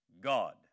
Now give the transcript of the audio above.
God